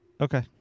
Okay